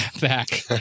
back